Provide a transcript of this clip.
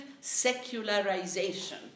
secularization